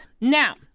Now